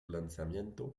lanzamiento